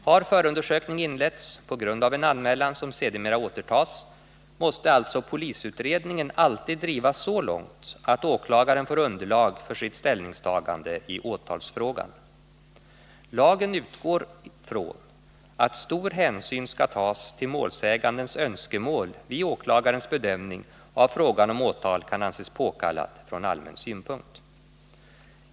Har förundersökning inletts på grund av en anmälan som sedermera återtas, måste alltså polisutredningen alltid drivas så långt att åklagaren får underlag för sitt ställningstagande i åtalsfrågan. Lagen utgår från att stor hänsyn skall tas till målsägandens önskemål vid åklagarens bedömning av frågan om åtal kan anses påkallat från allmän synpunkt.